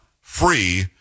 free